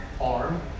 arm